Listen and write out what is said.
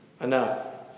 enough